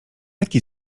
jaki